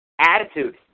Attitude